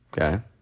okay